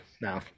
no